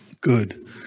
good